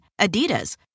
Adidas